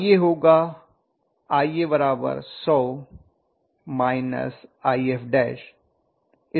Ia होगा Ia100 If